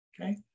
okay